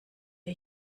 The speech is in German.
ihr